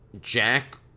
Jack